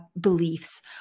beliefs